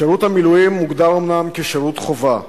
שירות המילואים אומנם מוגדר כשירות חובה,